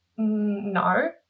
No